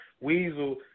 Weasel